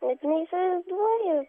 net neįsivaizduoju